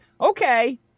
okay